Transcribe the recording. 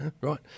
right